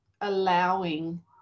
allowing